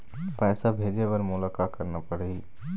पैसा भेजे बर मोला का करना पड़ही?